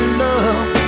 love